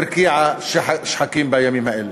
הרקיעה שחקים בימים האלה.